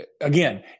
Again